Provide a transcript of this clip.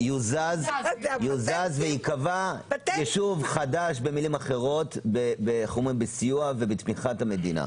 אל-אחמר וייקבע ישוב חדש במילים אחרות בסיוע ובתמיכת המדינה.